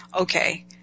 okay